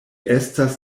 estas